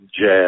jazz